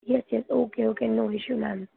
yes yes okay okay no issue ma'am